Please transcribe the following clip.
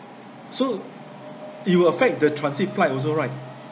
so it will affect the transit flight also right